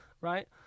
right